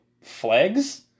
flags